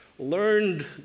Learned